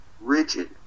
rigid